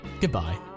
Goodbye